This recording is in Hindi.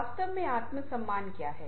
वास्तव में आत्मसम्मान क्या है